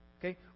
Okay